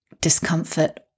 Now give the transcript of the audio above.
discomfort